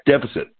Deficit